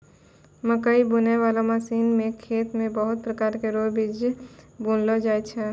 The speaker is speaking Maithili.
मकैइ बुनै बाला मशीन से खेत मे बहुत प्रकार रो बीज बुनलो जाय छै